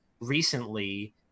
recently